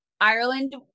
Ireland